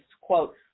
quote